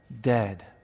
dead